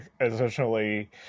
essentially